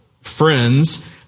friends